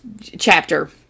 chapter